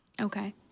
Okay